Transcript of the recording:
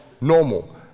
normal